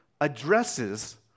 addresses